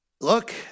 look